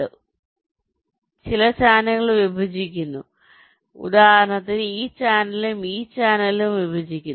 അതിനാൽ ചാനലുകൾ ഉണ്ട് ചില ചാനലുകൾ വിഭജിക്കുന്നു ഉദാഹരണത്തിന് ഈ ചാനലും ഈ ചാനലും ഇവിടെ വിഭജിക്കുന്നു